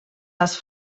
les